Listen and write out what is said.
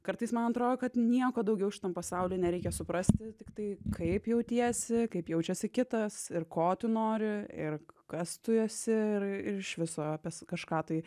kartais man atrodo kad nieko daugiau šitam pasauly nereikia suprasti tiktai kaip jautiesi kaip jaučiasi kitas ir ko tu nori ir kas tu esi ir ir iš viso apie s kažką tai